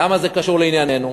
למה זה קשור לענייננו?